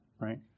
right